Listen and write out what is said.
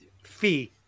Fee